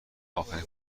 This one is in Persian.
آخرین